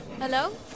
hello